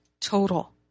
total